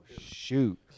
shoot